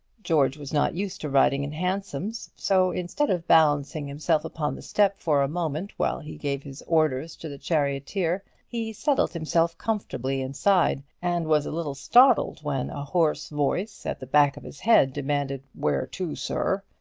george was not used to riding in hansoms so, instead of balancing himself upon the step for a moment while he gave his orders to the charioteer, he settled himself comfortably inside, and was a little startled when a hoarse voice at the back of his head demanded where to, sir?